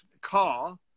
car